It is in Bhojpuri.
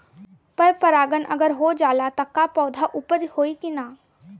पर परागण अगर हो जाला त का पौधा उपज होई की ना?